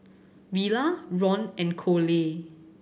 Villa Ron and Coley